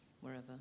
wherever